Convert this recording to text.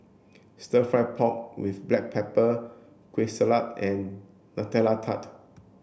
stir fried pork with black pepper Kueh Salat and Nutella Tart